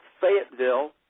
Fayetteville